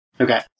Okay